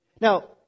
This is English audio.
Now